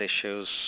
issues